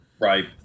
Right